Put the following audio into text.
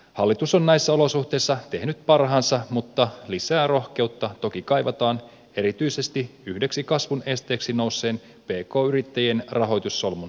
hallitus on näissä olosuhteissa tehnyt parhaansa mutta lisää rohkeutta toki kaivataan erityisesti yhdeksi kasvun esteeksi nousseen pk yrittäjien rahoitussolmun aukaisemiseksi